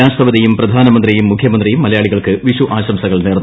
രാഷ്ട്രപതിയും പ്രധാനമന്ത്രിയും മുഖ്യമന്ത്രിയും മലയാളികൾക്ക് വിഷു ആശംസകൾ നേർന്നു